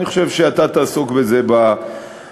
אני חושב שאתה תעסוק בזה בוועדה.